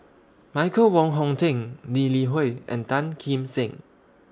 Michael Wong Hong Teng Lee Li Hui and Tan Kim Seng